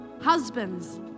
Husbands